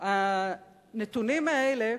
דרך אגב,